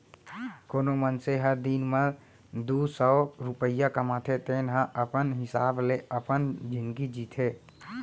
कोनो मनसे ह दिन म दू सव रूपिया कमाथे तेन ह अपन हिसाब ले अपन जिनगी जीथे